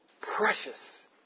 precious